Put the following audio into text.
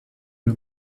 you